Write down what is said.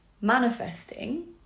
manifesting